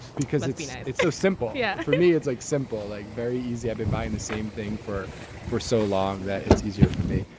because it's you know it's so simple. yeah for me it's like simple like very easy i've been buying the same thing for for so long that it's easier for me.